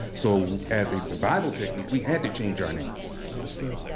so as a survival technique we had to change our names. understood.